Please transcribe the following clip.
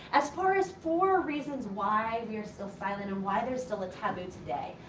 as far as four reasons why we are still silent and why there's still a taboo today.